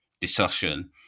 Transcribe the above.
discussion